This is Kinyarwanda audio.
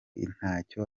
ntacyo